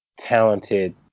talented